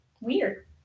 Weird